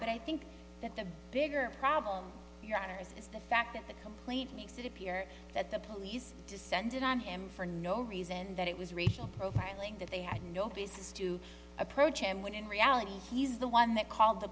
but i think that the bigger problem your honor is the fact that the complaint makes it appear that the police descended on him for no reason that it was racial profiling that they had no basis to approach him when in reality he's the one that called the